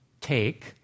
take